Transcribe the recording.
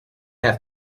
have